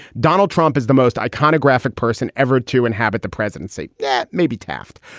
donald trump is the most iconographic person ever to inhabit the presidency. yeah maybe taft.